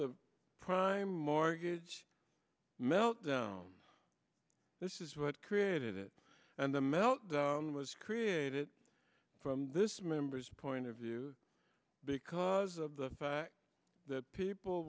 the prime mortgage meltdown this is what created it and the mel that was created from this member's point of view because of the fact that people